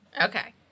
Okay